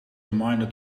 reminder